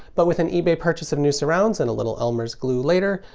but with an ebay purchase of new surrounds and a little elmer's glue later,